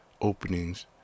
openings